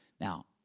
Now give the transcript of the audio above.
Now